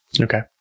Okay